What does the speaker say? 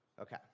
Okay